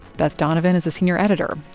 beth donovan is the senior editor.